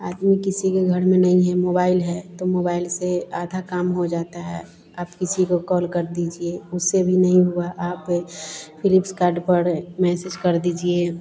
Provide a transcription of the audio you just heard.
आदमी किसी के घर में नहीं है मोबाइल है तो मोबाइल से आधा काम हो जाता है आप किसी को कॉल कर दीजिए उससे भी नहीं हुआ आप ए फ़्लिप्सकार्ड पर मैसेज कर दीजिए